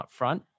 upfront